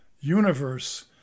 universe